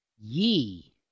ye